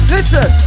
Listen